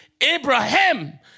Abraham